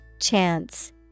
Chance